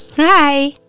Hi